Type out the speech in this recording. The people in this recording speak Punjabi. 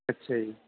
ਅੱਛਾ ਜੀ